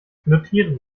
notieren